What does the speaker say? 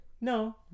No